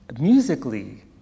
musically